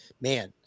man